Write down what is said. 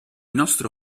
nostro